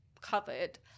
covered